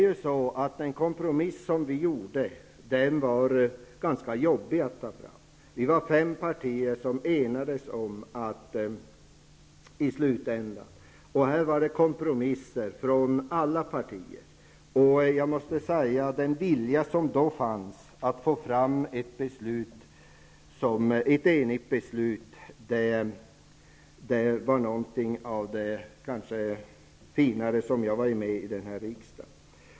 Den kompromiss som vi gjorde var ganska jobbig att ta fram. Fem partier enades i slutändan, och det gjordes eftergifter från alla partierna. Jag måste säga att den vilja som då fanns att få fram ett enigt beslut var något av det finare som jag varit med om i riksdagen.